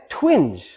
twinge